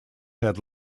had